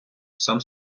сам